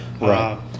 Right